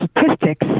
statistics